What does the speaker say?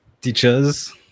teachers